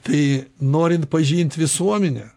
tai norint pažint visuomenę